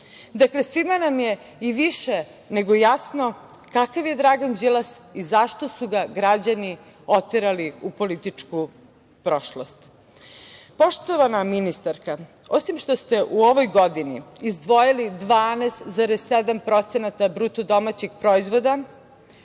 Save. Dakle, svima nam je i više nego jasno kakav je Dragan Đilas i zašto su ga građani oterali u političku prošlost. Poštovana ministarka, osim što ste u ovoj godini izdvojili 12,7% BDP-a za ekonomski paket